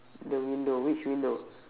the window which window